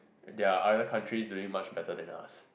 there are other countries doing much better than us